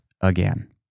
again